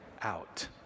out